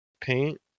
paint